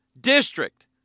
district